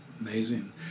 amazing